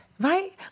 Right